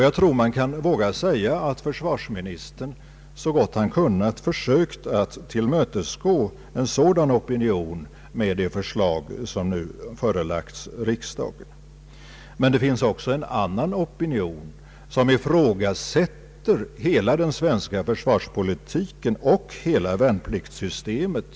Jag tror man vågar säga att försvarsministern, så gott han kunnat, försökt tillmötesgå en sådan opinion med det förslag som nu förelagts riksdagen. Men det finns också en annan opinion som ifrågasätter hela den svenska försvarspolitiken och hela värnpliktssystemet.